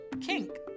kink